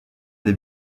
des